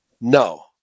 no